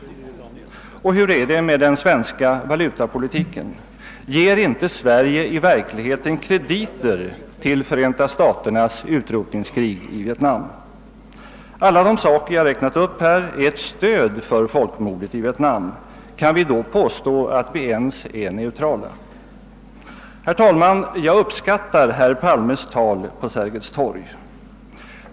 Och hur är det med den svenska valutapolitiken? Ger inte Sverige i verkligheten krediter till Förenta staternas utrotningskrig i Vietnam? Alla de företeelser jag här räknat upp utgör ett stöd för folkmordet i Vietnam. Kan vi då påstå att vi ens är neutrala? Herr talman! Jag uppskattar herr Palmes tal på Sergels torg.